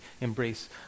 embrace